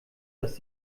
dass